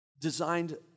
designed